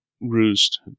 roost